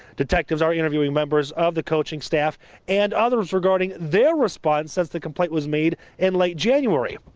detectives are interviewing members of the coaching staff and others regarding their response since the commemorate was made in late january.